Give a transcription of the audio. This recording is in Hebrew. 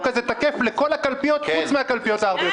הזה תקף לכל הקלפיות חוץ מהקלפיות הערביות,